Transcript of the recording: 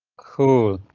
cool,